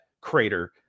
crater